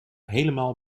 helemaal